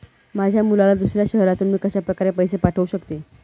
माझ्या मुलाला दुसऱ्या शहरातून मी कशाप्रकारे पैसे पाठवू शकते?